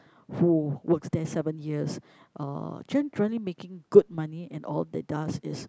who works there seven years uh generally making good money and all they does is